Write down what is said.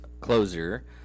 closer